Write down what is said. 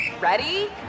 Ready